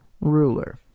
ruler